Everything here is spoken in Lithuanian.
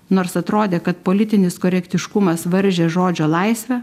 nors atrodė kad politinis korektiškumas varžė žodžio laisvę